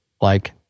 like-